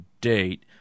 date